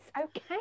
okay